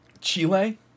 Chile